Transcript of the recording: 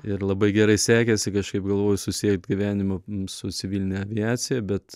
ir labai gerai sekėsi kažkaip galvoju susiet gyvenimą su civiline aviacija bet